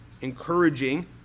encouraging